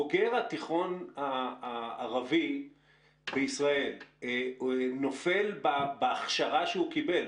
בוגר התיכון הערבי בישראל הוא נופל בהכשרה שהוא קיבל,